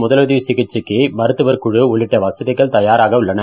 முதலுதவி சிகிச்சைக்கு மருத்துவக்குழு உள்ளிட்ட வசதிகள் தயாராக உள்ளன